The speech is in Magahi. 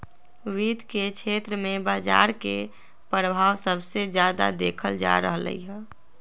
वित्त के क्षेत्र में बजार के परभाव सबसे जादा देखल जा रहलई ह